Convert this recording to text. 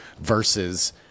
versus